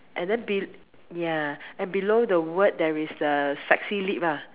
and then be~ ya and below the word there is the sexy lip lah